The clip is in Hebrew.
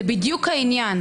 זה בדיוק העניין.